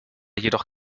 jedoch